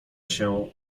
się